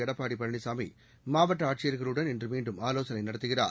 எடப்பாடி பழனிசாமி மாவட்ட ஆட்சியர்களுடன் இன்று மீண்டும் ஆலோசனை நடத்துகிறார்